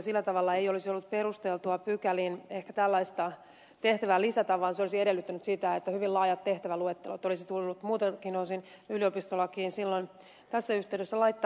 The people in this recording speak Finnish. sillä tavalla ei olisi ollut perusteltua pykäliin ehkä tällaista tehtävää lisätä vaan se olisi edellyttänyt sitä että hyvin laajat tehtäväluettelot olisi tullut muiltakin osin yliopistolakiin silloin tässä yhteydessä laittaa